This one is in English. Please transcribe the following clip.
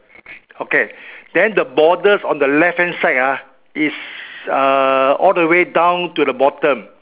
okay then the borders on the left hand side ah is uh all the way down to the bottom